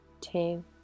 two